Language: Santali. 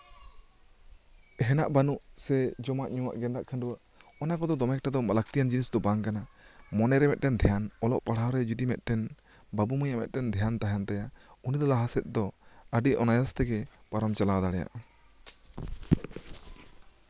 ᱦᱮᱱᱟᱜ ᱵᱟᱱᱩᱜ ᱥᱮ ᱡᱚᱢᱟᱜ ᱧᱩᱣᱟᱜ ᱜᱮᱫᱟᱜ ᱠᱷᱟᱰᱣᱟᱹᱜ ᱚᱱᱟ ᱠᱚᱫᱚ ᱫᱚᱢᱮ ᱮᱠᱴᱟ ᱫᱚ ᱞᱟᱹᱠᱛᱤᱭᱟᱱ ᱡᱤᱱᱤᱥ ᱫᱚ ᱵᱟᱝ ᱠᱟᱱᱟ ᱢᱚᱱᱮᱨᱮ ᱢᱤᱫᱴᱟᱱ ᱫᱷᱮᱭᱟᱱ ᱯᱟᱲᱦᱟᱣ ᱨᱮ ᱡᱚᱫᱤ ᱢᱤᱫᱴᱮᱱ ᱵᱟᱹᱵᱩ ᱢᱟᱹᱭ ᱢᱤᱫᱴᱟᱝ ᱫᱷᱮᱭᱟᱱ ᱛᱟᱦᱮᱱ ᱛᱟᱭᱟ ᱩᱱᱤ ᱫᱚ ᱞᱟᱦᱟ ᱥᱮᱫ ᱫᱚ ᱟᱹᱰᱤ ᱚᱱᱟᱭᱟᱥ ᱛᱮᱜᱮ ᱯᱟᱨᱚᱢ ᱪᱟᱞᱟᱣ ᱫᱟᱲᱮᱭᱟᱼᱟ